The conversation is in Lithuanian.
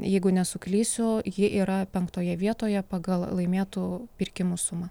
jeigu nesuklysiu ji yra penktoje vietoje pagal laimėtų pirkimų sumą